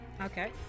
Okay